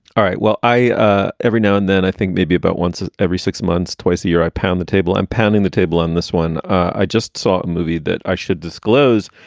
all right. well, i ah every now and then, i think maybe about once ah every six months, twice a year, i pound the table and pounding the table on this one. i just saw a movie that i should disclose.